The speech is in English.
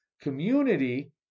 community